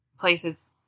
places